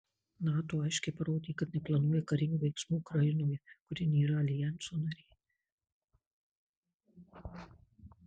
nato aiškiai parodė kad neplanuoja karinių veiksmų ukrainoje kuri nėra aljanso narė